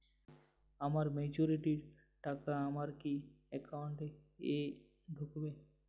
আমার ম্যাচুরিটির টাকা আমার কি অ্যাকাউন্ট এই ঢুকবে?